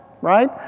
right